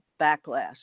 backlash